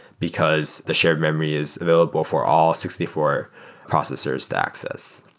because the shared memory is available for all sixty four processors to access.